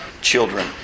children